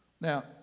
Now